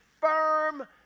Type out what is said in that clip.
firm